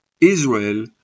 Israel